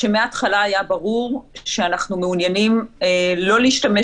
כשמהתחלה היה ברור שאנחנו מעוניינים לא להשתמש